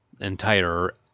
entire